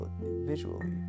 visually